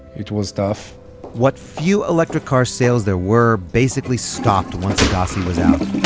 it was tough what few electric car sales there were, basically stopped once agassi was out.